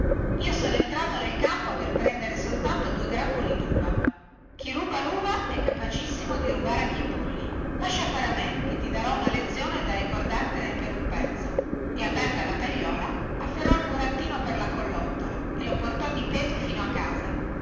io sono entrato nel campo per prendere soltanto due grappoli duva chi ruba luva è capacissimo di rubare anche i polli lascia fare a me che ti darò una lezione da ricordartene per un pezzo e aperta la tagliuola afferrò il burattino per la collottola e lo portò di peso fino a casa